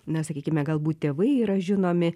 na sakykime galbūt tėvai yra žinomi